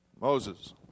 Moses